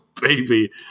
baby